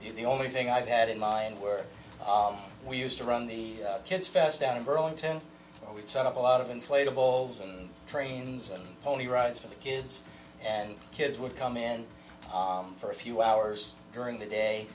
the only thing i've had in mind where we used to run the kids fest down in burlington would set up a lot of inflatables and trains and pony rides for the kids and kids would come in for a few hours during the